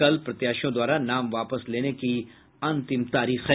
कल प्रत्याशियों द्वारा नाम वापस लेने के अंतिम तारीख है